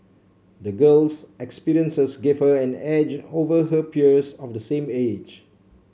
the girl's experiences gave her an edge over her peers of the same age